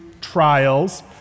trials